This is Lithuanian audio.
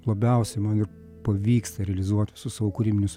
labiausiai man ir pavyksta realizuot visus savo kūrybinius